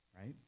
right